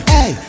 Hey